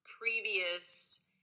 previous